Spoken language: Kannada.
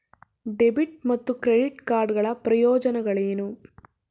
ಡೆಬಿಟ್ ಮತ್ತು ಕ್ರೆಡಿಟ್ ಕಾರ್ಡ್ ಗಳ ಪ್ರಯೋಜನಗಳೇನು?